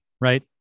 right